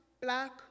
black